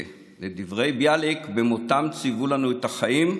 שלדברי ביאליק, במותם "ציוו לנו את החיים,